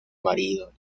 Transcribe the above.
marido